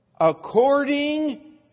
According